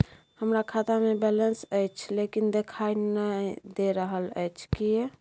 हमरा खाता में बैलेंस अएछ लेकिन देखाई नय दे रहल अएछ, किये?